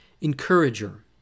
encourager